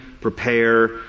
prepare